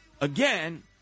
again